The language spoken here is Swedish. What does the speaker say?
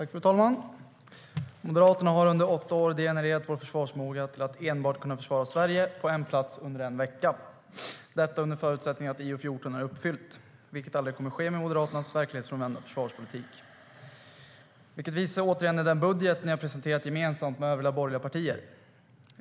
Fru talman! Moderaterna har under åtta år degenererat vår försvarsförmåga till att enbart kunna försvara Sverige på en plats under en vecka - detta under förutsättning att EU14 är uppfyllt, vilket aldrig kommer att ske med Moderaternas verklighetsfrånvända försvarspolitik. Det visar återigen den budget ni har presenterat gemensamt med övriga borgerliga partier.